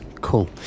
Cool